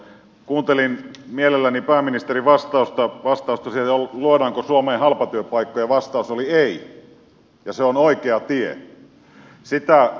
kuuntelin mielelläni pääministerin vastausta siihen luodaanko suomeen halpatyöpaikkoja ja vastaus oli ei ja se on oikea tie